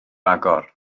agor